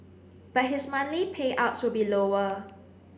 but his monthly payouts should be lower